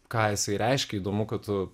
ką jisai reiškia įdomu kad tu